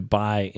buy